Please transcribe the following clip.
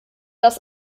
das